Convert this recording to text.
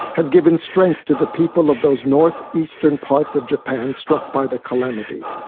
has given strength to the people of those north-eastern parts of japan struck by the calamity.